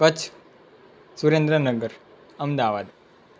Kutch Surendranagar Ahmedabad